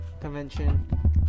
convention